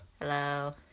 Hello